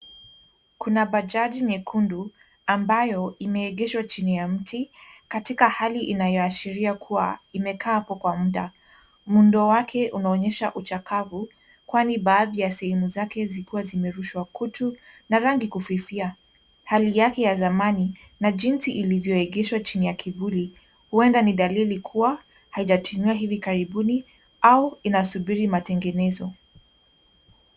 Kuna bajaji nyekundu, ambayo imeegeshwa chini ya mti, katika hali inayoashiria kuwa, imekaa hapo kwa muda. Muundo wake unaonyesha uchakavu, kwani baadhi ya sehemu zake zilikuwa zimerushwa kutu na rangi kufifia. Hali yake ya zamani, na jinsi ilivyoegeshwa chini ya kivuli, huenda ni dalili ya kuwa haijatumiwa hivi karibuni, au inasubiri matengenezo.